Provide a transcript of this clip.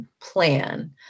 plan